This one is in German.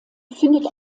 findet